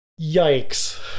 yikes